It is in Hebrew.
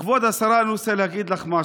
כבוד השרה, אני רוצה להגיד לך משהו: